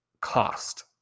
cost